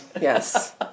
Yes